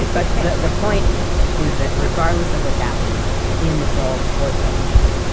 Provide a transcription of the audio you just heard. but the the point is that regardless of what's happening in the film or the television show,